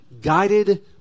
guided